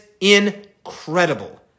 incredible